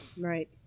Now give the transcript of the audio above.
Right